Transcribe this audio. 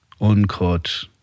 uncut